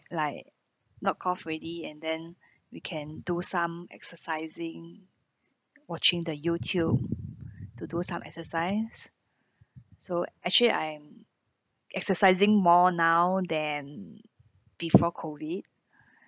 like not cough already and then we can do some exercising watching the YouTube to do some exercise so actually I'm exercising more now than before COVID